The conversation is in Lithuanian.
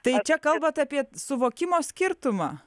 tai čia kalbat apie suvokimo skirtumą